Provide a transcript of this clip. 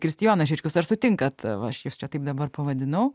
kristijonas žičkus ar sutinkat aš jus čia taip dabar pavadinau